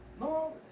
No